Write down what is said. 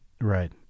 Right